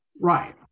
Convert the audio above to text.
Right